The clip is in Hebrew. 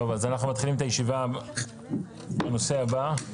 אנחנו מתחילים את הישיבה בנושא הבא.